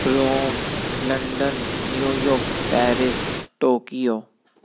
Rome London New York Paris Tokyo